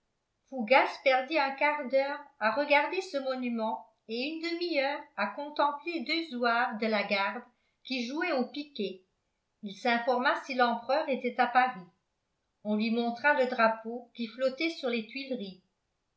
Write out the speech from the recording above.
fougas perdit un quart d'heure à regarder ce monument et une demi-heure à contempler deux zouaves de la garde qui jouaient au piquet il s'informa si l'empereur était à paris on lui montra le drapeau qui flottait sur les tuileries